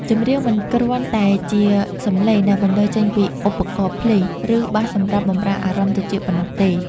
ចម្រៀងមិនគ្រាន់តែជាសម្លេងដែលបន្លឺចេញពីឧបករណ៍ភ្លេង ឬបាសសម្រាប់បម្រើអារម្មណ៍ត្រចៀកប៉ុណ្ណោះទេ។